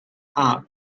park